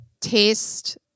taste